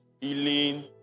healing